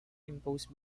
imposed